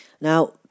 Now